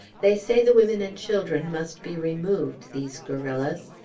they say the women and children must be removed, these guerrillas.